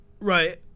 Right